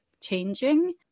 Changing